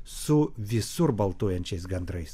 su visur baltuojančiais gandrais